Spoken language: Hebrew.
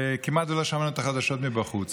וכמעט שלא שמענו את החדשות מבחוץ.